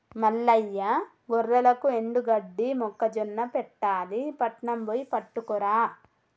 మల్లయ్య గొర్రెలకు ఎండుగడ్డి మొక్కజొన్న పెట్టాలి పట్నం బొయ్యి పట్టుకురా